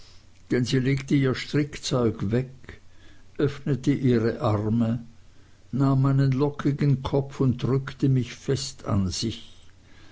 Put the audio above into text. denn sie legte ihr strickzeug weg öffnete ihre arme nahm meinen lockigen kopf und drückte mich fest an sich